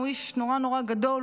הוא איש נורא נורא גדול,